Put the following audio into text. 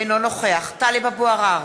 אינו נוכח טלב אבו עראר,